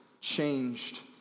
changed